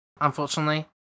unfortunately